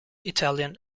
italian